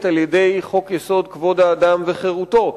על-ידי חוק-יסוד: כבוד האדם וחירותו,